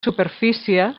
superfície